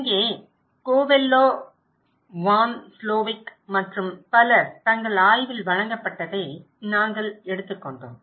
இங்கே Covello van Slovic மற்றும் பலர் தங்கள் ஆய்வில் வழங்கப்பட்டதை நாங்கள் எடுத்துக்கொண்டோம்